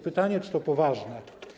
Pytanie: Czy to poważne?